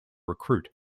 recruit